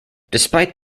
despite